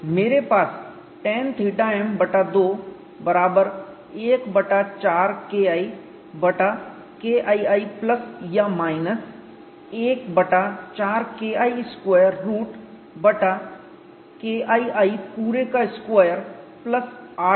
मेरे पास tanθm बटा 2 बराबर 1 बटा 4 KI बटा KII प्लस या माइनस 1 बटा 4 KI2 रूट बटा KII पूरे का स्क्वायर प्लस 8 है